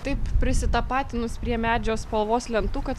taip prisitapatinus prie medžio spalvos lentų kad